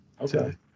Okay